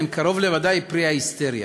הן קרוב לוודאי פרי ההיסטריה.